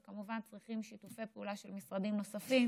וכמובן שצריכים שיתופי פעולה של משרדים נוספים